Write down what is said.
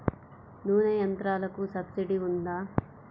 నూనె యంత్రాలకు సబ్సిడీ ఉందా?